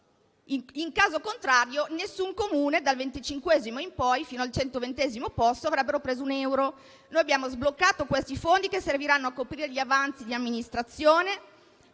in caso contrario, nessun Comune, dal venticinquesimo fino al centoventesimo posto, avrebbe preso un euro. Noi abbiamo sbloccato questi fondi, che serviranno a coprire gli avanzi di amministrazione.